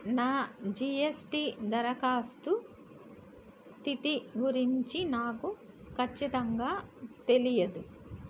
నా జీఎస్టీ దరఖాస్తు స్థితి గురించి నాకు ఖచ్చితంగా తెలియదు